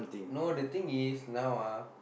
no the thing is now ah